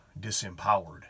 disempowered